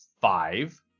five